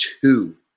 two